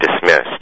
dismissed